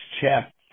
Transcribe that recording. chapter